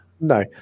No